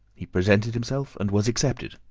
he presented himself, and was accepted,